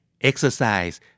Exercise